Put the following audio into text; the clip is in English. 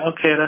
okay